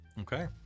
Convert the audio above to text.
okay